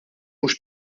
mhux